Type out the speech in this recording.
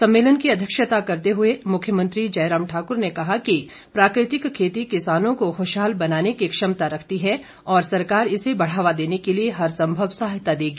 सम्मेलन की अध्यक्षता करते हुए मुरव्यमंत्री जयराम ठाकुर ने कहा कि प्राकृतिक खेती किसानों को खुशहाल बनाने की क्षमता रखती है और सरकार इसे बढ़ावा देने के लिए हर संभव सहायता देगी